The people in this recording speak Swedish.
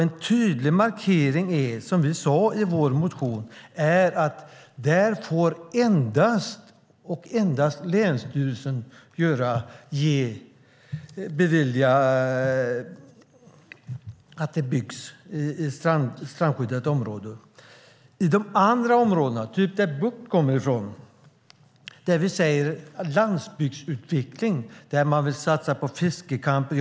En tydlig markering är, som vi sade i vår motion, att endast länsstyrelsen får bevilja bebyggelse i strandskyddat område. I de andra områdena, till exempel där Bucht kommer ifrån, säger vi att det behövs landsbygdsutveckling, och där vill man satsa på fiskecamping.